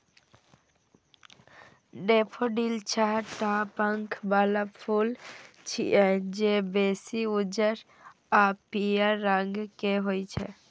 daffodil छह टा पंख बला फूल छियै, जे बेसी उज्जर आ पीयर रंग के होइ छै